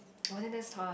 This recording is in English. oh then that's tough